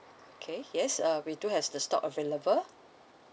okay yes uh we do has the stock available